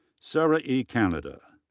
sara e. canada.